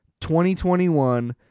2021